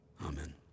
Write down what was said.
Amen